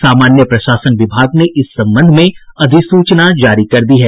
सामान्य प्रशासन विभाग ने इस संबंध में अधिसूचना जारी कर दी है